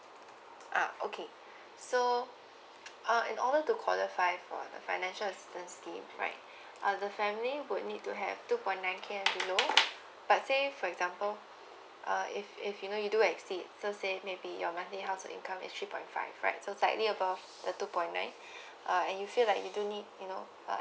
ah okay so uh in order to qualified for the financial assistance scheme right uh the family would need to have two point nine K and below but say for example uh if if you know you do exceed the say maybe your monthly household income is like three point five right so slightly above the two point nine uh and you feel like you do need like you know